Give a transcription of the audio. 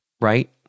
right